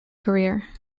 career